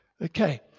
Okay